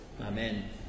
Amen